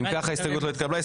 אם כך ההסתייגות לא התקבלה.